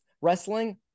wrestling